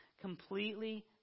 completely